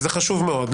וזה חשוב מאוד,